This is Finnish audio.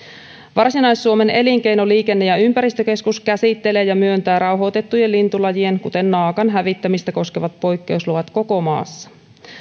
varsinais suomen elinkeino liikenne ja ympäristökeskus käsittelee ja myöntää rauhoitettujen lintulajien kuten naakan hävittämistä koskevat poikkeusluvat koko maassa